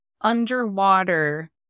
underwater